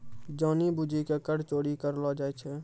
जानि बुझि के कर चोरी करलो जाय छै